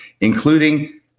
including